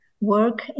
work